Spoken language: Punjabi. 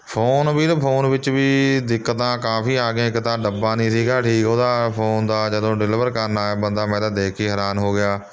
ਫੋਨ ਵੀਰੇ ਫੋਨ ਵਿੱਚ ਵੀ ਦਿੱਕਤਾਂ ਕਾਫੀ ਆ ਗਈਆਂ ਇੱਕ ਤਾਂ ਡੱਬਾ ਨਹੀਂ ਸੀਗਾ ਠੀਕ ਉਹਦਾ ਫੋਨ ਦਾ ਜਦੋਂ ਡਿਲੀਵਰ ਕਰਨ ਆਇਆ ਬੰਦਾ ਮੈਂ ਤਾਂ ਦੇਖ ਕੇ ਹੀ ਹੈਰਾਨ ਹੋ ਗਿਆ